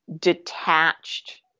detached